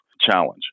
challenge